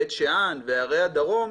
בית שאן וערי הדרום.